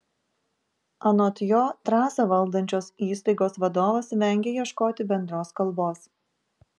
anot jo trasą valdančios įstaigos vadovas vengia ieškoti bendros kalbos